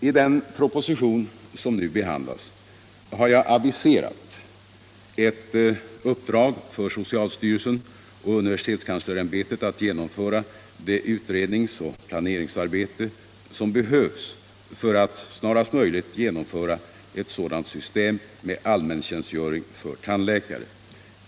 I den propositton som nu behandlas har jag aviserat ett uppdrag för socialstyrelsen och universitetskanslersämbetet att genomföra det utredningsoch planeringsarbete som behövs för att snarast möjligt genomföra ett sådant system med allmäntjänstgöring för tandläkarna.